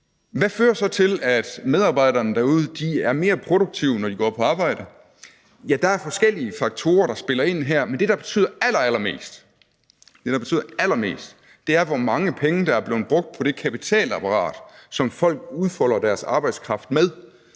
Hvad fører så til, at medarbejderne derude er mere produktive, når de går på arbejde? Ja, der er forskellige faktorer, der spiller ind her, men det, der betyder allermest, er, hvor mange penge der er blevet brugt på det kapitalapparat, som folk udfolder deres arbejdskraft med.